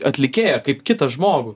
atlikėją kaip kitą žmogų